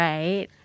Right